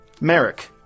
Merrick